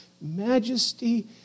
majesty